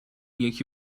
یکی